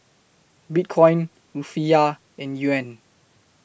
Bitcoin Rufiyaa and Yuan